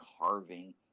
carving